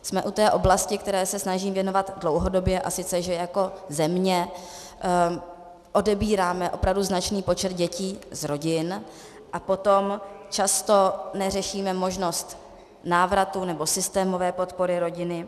Jsme u té oblasti, které se snažím věnovat dlouhodobě, a sice jako že země odebíráme opravdu značný počet dětí z rodin a potom často neřešíme možnost návratu nebo systémové podpory rodiny.